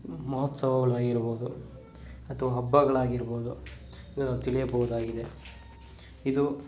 ಮಹೋತ್ಸವಗಳಾಗಿರ್ಬೋದು ಅಥವಾ ಹಬ್ಬಗಳಾಗಿರ್ಬೋದು ಇವನ್ನು ತಿಳಿಯಬಹುದಾಗಿದೆ ಇದು